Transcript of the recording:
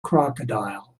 crocodile